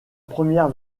première